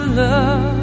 love